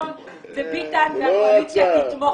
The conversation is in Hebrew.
ייבוא העגבניות לישראל על חשבון החקלאים שלנו ופגיעה בחקלאים שלנו.